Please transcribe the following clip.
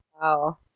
Wow